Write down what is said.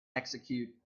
execute